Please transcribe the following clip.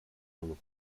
panu